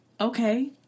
Okay